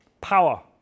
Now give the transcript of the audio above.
power